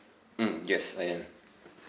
mm yes I am